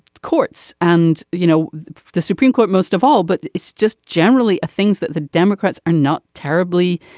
courts and you know the supreme court most of all but it's just generally a things that the democrats are not terribly